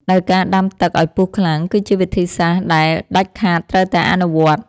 ដោយការដាំទឹកឱ្យពុះខ្លាំង គឺជាវិធីសាស្ត្រដែលដាច់ខាតត្រូវតែអនុវត្ត។